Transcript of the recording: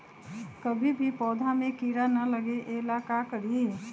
कभी भी पौधा में कीरा न लगे ये ला का करी?